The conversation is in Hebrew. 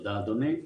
תודה אדוני.